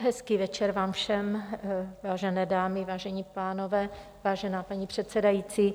Hezký večer vám všem, vážené dámy, vážení pánové, vážená paní předsedající.